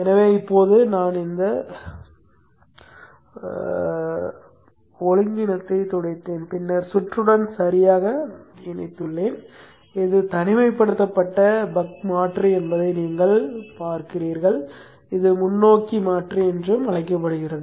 எனவே இப்போது நான் க்ளியர் செய்தேன் பின்னர் சுற்றுடன் சரியாக இணைக்கப்பட்டேன் இது தனிமைப்படுத்தப்பட்ட பக் மாற்றி என்பதை நீங்கள் காண்கிறீர்கள் இது முன்னோக்கி மாற்றி என்று அழைக்கப்படுகிறது